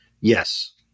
yes